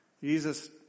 Jesus